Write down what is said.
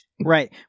right